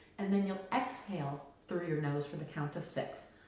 and then you exhale through your nose for the count of six.